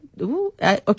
Okay